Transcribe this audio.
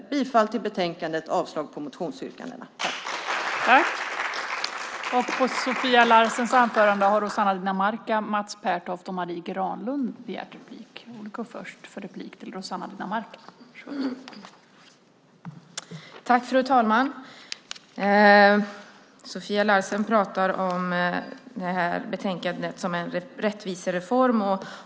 Jag yrkar bifall till utskottets förslag i betänkandet och avslag på motionerna.